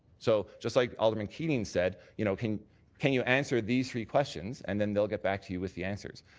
so just like alderman keating said, you know can can you answer these three questions, and then they'll get back to you with the answers.